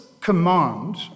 command